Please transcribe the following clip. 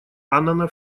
аннана